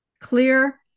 clear